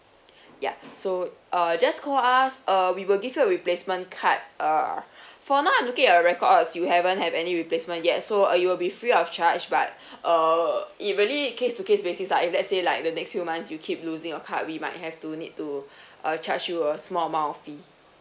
ya so uh just call us uh we will give you a replacement card err for now I'm looking at your records you haven't had any replacement yet so uh it'll be free of charge but uh it really case to case basis lah if let's say like the next few months you keep losing your card we might have to need to uh charge you a small amount of fee